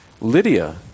Lydia